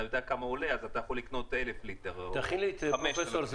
אתה יודע כמה הוא עולה ואתה יכול לקנות 1,000 ליטר או 500 ליטר,